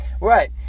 right